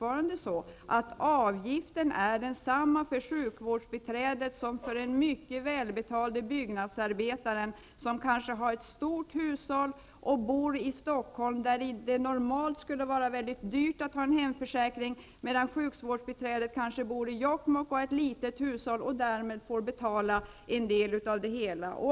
Avgiften är densamma för sjukvårdsbiträdet som för den mycket välbetalde byggnadsarbetaren som kanske har ett stort hushåll och bor i Stockholm, där det normalt skulle vara mycket dyrt att ha en hemförsäkring. Sjukvårdsbiträdet bor kanske i Jokkmokk och har ett litet hushåll. Därmed får hon betala en del av det hela.